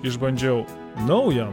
išbandžiau naują